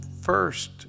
first